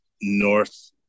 North